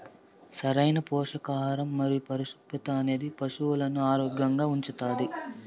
సరైన పోషకాహారం మరియు పరిశుభ్రత అనేది పశువులను ఆరోగ్యంగా ఉంచుతాది